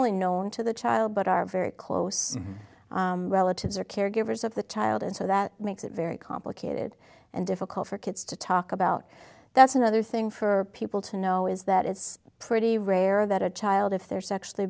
only known to the child but are very close relatives or caregivers of the child and so that makes it very complicated and difficult for kids to talk about that's another thing for people to know is that it's pretty rare that a child if they're sexually